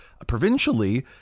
Provincially